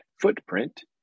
footprint